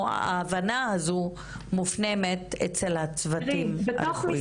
או ההבנה הזו מופנמת אצל הצוותים הרפואיים.